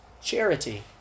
charity